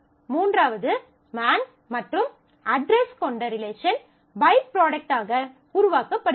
மூன்றாவது மேன் மற்றும் அட்ரஸ் கொண்ட ரிலேஷன் பை ப்ராடக்ட் ஆக உருவாக்கப்படுகிறது